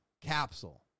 capsule